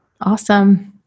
Awesome